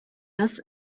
das